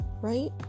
right